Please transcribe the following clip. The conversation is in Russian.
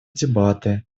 дебаты